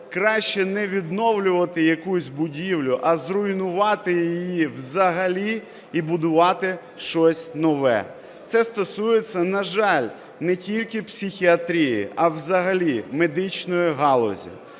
краще не відновлювати якусь будівлю, а зруйнувати її взагалі і будувати щось нове. Це стосується, на жаль, не тільки психіатрії, а взагалі медичної галузі.